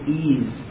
ease